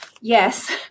Yes